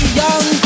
young